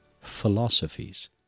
philosophies